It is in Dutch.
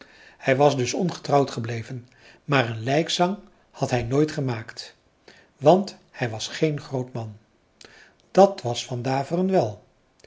hij was dus ongetrouwd gebleven maar een lijkzang had hij nooit gemaakt want hij was geen groot man dat was van daveren wel